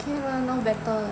okay lah now better